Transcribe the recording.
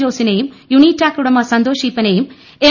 ജോസിനെയും യൂണിടാക് ഉടമ സന്തോഷ് ഈപ്പനെയും എം